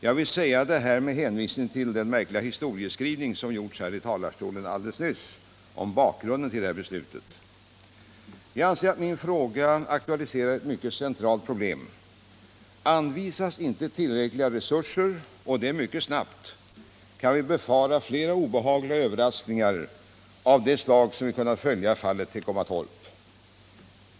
Jag säger detta med hänsyn till den märkliga historieskrivning som alldeles nyss gjordes från denna talarstol om bakgrunden till beslutet. Jag anser att min fråga aktualiserar ett mycket centralt problem. Anvisas inte tillräckliga resurser — och det mycket snabbt — kan vi befara flera obehagliga överraskningar av det slag vi råkat ut för i fallet Teckomatorp.